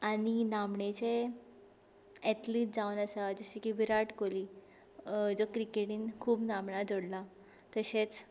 आनी नामणेचे एथलीत जावन आसा जशे की विराट कोहली जो क्रिकेटीन खूब नामणां जोडला तशेंच